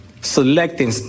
selecting